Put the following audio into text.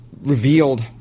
revealed